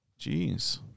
Jeez